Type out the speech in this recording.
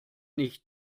nicht